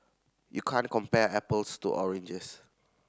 you can't compare apples to oranges